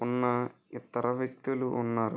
ఉన్న ఇతర వ్యక్తులు ఉన్నారు